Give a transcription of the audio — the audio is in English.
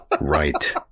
Right